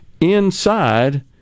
inside